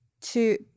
two